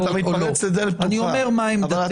אני אומר מה עמדתי.